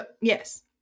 yes